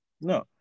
No